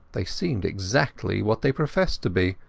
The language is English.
they seemed exactly what they professed to be,